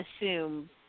assume